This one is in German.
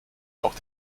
auch